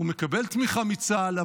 הוא מקבל תמיכה מצה"ל,